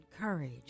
courage